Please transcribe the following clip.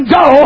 go